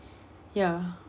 ya